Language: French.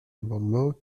amendement